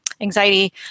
anxiety